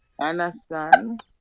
Understand